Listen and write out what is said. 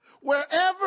wherever